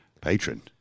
patron